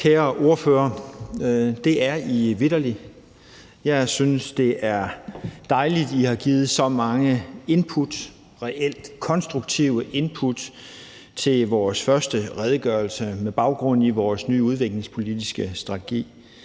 Kære ordførere – og det er I vitterlig – jeg synes, det er dejligt, at I har givet så mange reelt konstruktive input til vores første redegørelse med baggrund i vores nye udviklingspolitiske strategi.